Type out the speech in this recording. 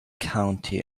county